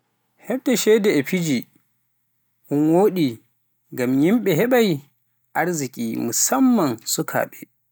heɗɗe ceede e fiji un woɗi ngam yimbe heɓai arziki, musamman sukaaɓe.